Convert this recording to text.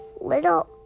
little